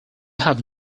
have